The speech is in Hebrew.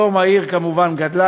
מובן שהיום העיר גדלה,